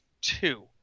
two